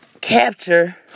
capture